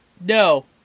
No